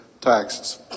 taxes